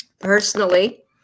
personally